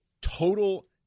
total